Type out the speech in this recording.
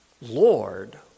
Lord